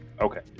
Okay